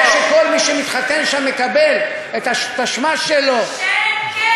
זה שכל מי שמתחתן שם מקבל את התשמ"ש שלו, שקר.